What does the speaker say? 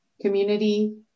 community